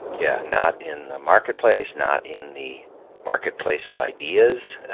yeah not in the marketplace, not in the marketplace of ideas,